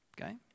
Okay